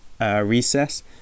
recess